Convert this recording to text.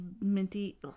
minty